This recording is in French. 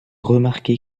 remarquer